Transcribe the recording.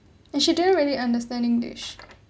and she didn't really understand english